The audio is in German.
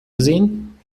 gesehen